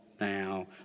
Now